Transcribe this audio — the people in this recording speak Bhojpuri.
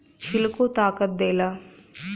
छिलको ताकत देला